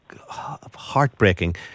heartbreaking